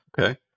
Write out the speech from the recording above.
Okay